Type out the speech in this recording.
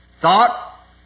thought